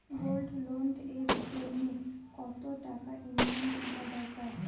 Gold loan এর জইন্যে কতো টাকা ইনকাম থাকা দরকার?